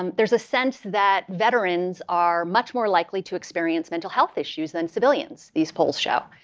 um there's a sense that veterans are much more likely to experience mental health issues than civilians these polls show.